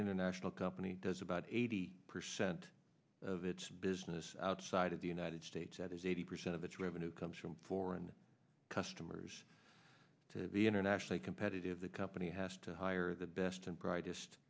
international company does about eighty percent of its business outside of the united states that is eighty percent of its revenue comes from foreign customers to be internationally competitive the company has to hire the best and brightest